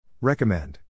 Recommend